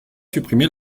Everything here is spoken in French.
supprimer